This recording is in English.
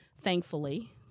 thankfully